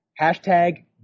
Hashtag